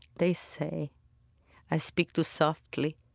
they say i speak too softly,